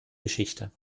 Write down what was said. geschichte